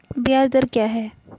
ब्याज दर क्या है?